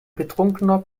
betrunkener